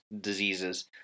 diseases